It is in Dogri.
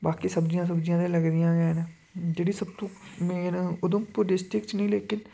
बाकी सब्जियां सुब्जियां ते लगदियां गै न जेह्ड़ी सबतुं मेन उधमपुर डिस्टिक च नी लेकिन